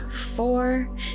four